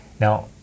Now